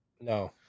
no